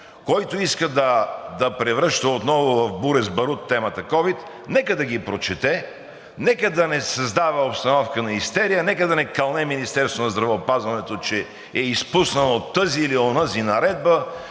който иска да превръща отново в буре с барут темата „Ковид“, нека да ги прочете, нека да не създава обстановка на истерия, нека да не кълне Министерството на здравеопазването, че е изпуснало тази или онази наредба,